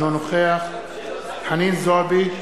אינו נוכח חנין זועבי,